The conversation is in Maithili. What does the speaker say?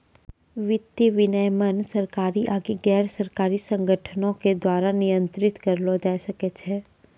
वित्तीय विनियमन सरकारी आकि गैरसरकारी संगठनो के द्वारा नियंत्रित करलो जाय सकै छै